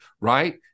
right